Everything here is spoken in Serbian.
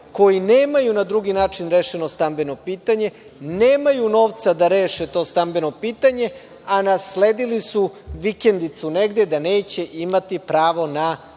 koji nemaju na drugi način rešeno stambeno pitanje, nemaju novca da reše to stambeno pitanje, a nasledili su vikendicu negde gde neće imati pravo na